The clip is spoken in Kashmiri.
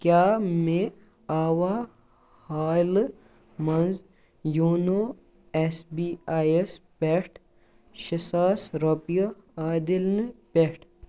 کیٛاہ مےٚ آوا حالہٕ منٛز یوٗنو ایس بی آی یَس پٮ۪ٹھ شےٚ ساس رۄپیہِ عادِل نہِ پٮ۪ٹھ